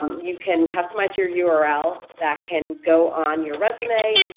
you can customize your your url that can go on your resume,